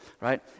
right